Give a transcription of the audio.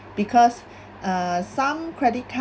because uh some credit card